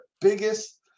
biggest